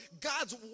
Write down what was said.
God's